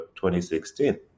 2016